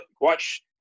watch